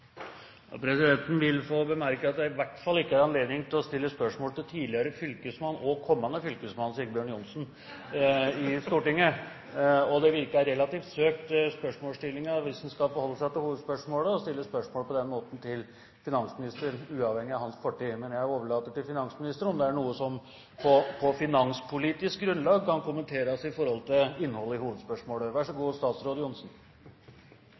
Presidenten vil bemerke at det i hvert fall ikke er anledning til å stille spørsmål til tidligere og kommende fylkesmann Sigbjørn Johnsen i Stortinget. Og det virker relativt søkt, hvis en skal forholde seg til hovedspørsmålet, å stille spørsmål til finansministeren på den måten, uavhengig av hans fortid. Men jeg overlater til finansministeren hvorvidt dette er noe som på finanspolitisk grunnlag kan kommenteres i forhold til innholdet i hovedspørsmålet – vær så god, statsråd Johnsen.